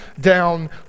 down